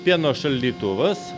pieno šaldytuvas